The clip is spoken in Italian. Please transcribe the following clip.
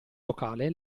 locale